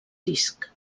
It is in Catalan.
disc